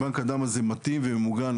בנק הדם הזה מתאים ומוגן,